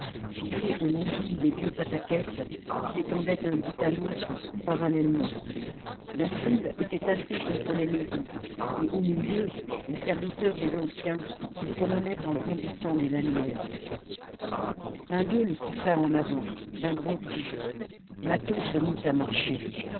fixées au nombril des dieux patseques s'étendait d'un bout à l'autre parallèlement la foule était tassée contre les maisons et au milieu des serviteurs des anciens se promenaient en brandissant des lanières un d'eux le poussa en avant d'un grand coup mâtho se mit à marcher